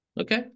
okay